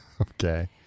Okay